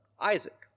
Isaac